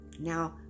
Now